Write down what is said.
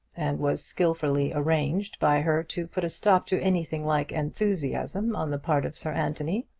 and was skilfully arranged by her to put a stop to anything like enthusiasm on the part of sir anthony.